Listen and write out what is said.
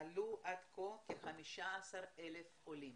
עד כה עלו כ-15,000 עולים.